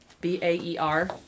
B-A-E-R